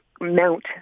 mount